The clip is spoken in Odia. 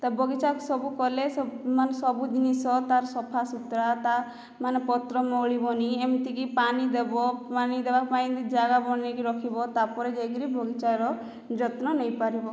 ତା ବଗିଚାକୁ ସବୁ କଲେ ମାନେ ସବୁ ଜିନିଷ ତାର ସଫା ସୁତରା ତା ମାନେ ପତ୍ର ମୋଉଳିବନି ଏମିତିକି ପାନି ଦେବ ପାନି ଦେବା ପାଇଁ ଜାଗା ବନାଇକି ରଖିବ ତାପରେ ଯାଇକିରି ବଗିଚାର ଯତ୍ନ ନେଇ ପାରିବ